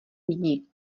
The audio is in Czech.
jdi